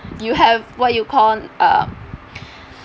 you have what you call uh